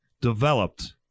developed